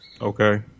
Okay